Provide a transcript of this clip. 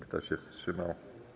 Kto się wstrzymał?